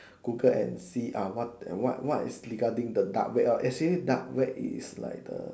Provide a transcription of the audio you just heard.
Google and see uh what what what is regarding the dark web lor actually dark web is like the